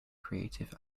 creative